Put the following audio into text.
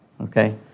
okay